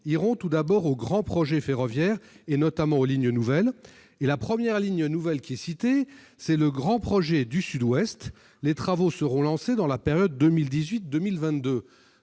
iront tout d'abord aux grands projets ferroviaires, et notamment aux lignes nouvelles. » Le premier projet cité est le Grand projet du Sud-Ouest :« Les travaux seront lancés dans la période 2018-2022.